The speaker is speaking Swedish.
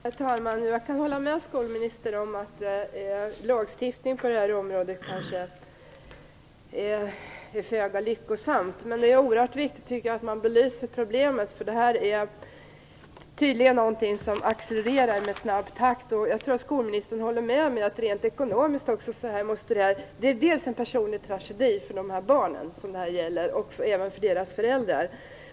Herr talman! Jag kan hålla med skolministern i det hon säger om lagstiftningen på det här området. Men det är oerhört viktigt att man belyser problemet. Tydligen är det något som accelererar i snabb takt. Jag tror att skolministern kan hålla med mig om två saker. För det första är detta en personlig tragedi för de barn som det gäller och deras föräldrar.